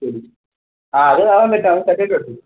ശരി ആ അത് അവൻ വെട്ടും അവൻ സെറ്റ് ആയിട്ട് വെട്ടും